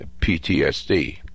PTSD